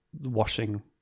washing